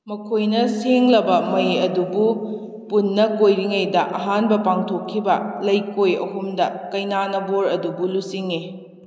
ꯃꯈꯣꯏꯅ ꯁꯦꯡꯂꯕ ꯃꯩ ꯑꯗꯨꯕꯨ ꯄꯨꯟꯅ ꯀꯣꯏꯔꯤꯉꯩꯗ ꯑꯍꯥꯟꯕ ꯄꯥꯡꯊꯣꯛꯈꯤꯕ ꯂꯩꯀꯣꯏ ꯑꯍꯨꯝꯗ ꯀꯩꯅꯥꯅ ꯕꯣꯔ ꯑꯗꯨꯕꯨ ꯂꯨꯆꯤꯡꯉꯤ